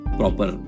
proper